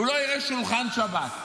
הוא לא יראה שולחן שבת.